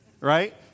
right